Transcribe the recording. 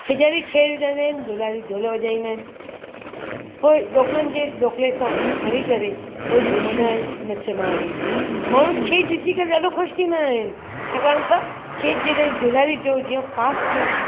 छेॼारी छेॼ वजाईंदा आहिनि धुलारी ढोल वजाईंदा आहिनि पोइ ॾोकलनि जे ॾोकले सां खणी करे पोइ झूमंदा आहिनि नचंदा आहिनि माण्हू छेॼ ॾिसी करे ॾाढो ख़ुशि थींदा आहिनि छाकणि त छेॼ जॾहिं धुलारीअ जो जीअं फ़ास्ट